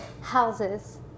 houses